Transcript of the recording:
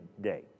day